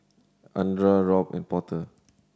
Andra Robt and Porter